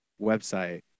website